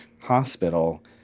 hospital